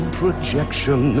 projection